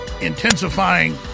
intensifying